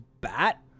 bat